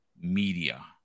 Media